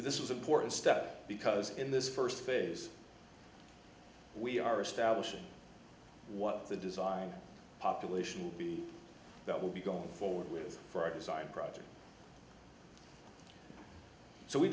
if this was important step because in this first phase we are establishing what the design population will be that will be gone forward with for our design project so we